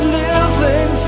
living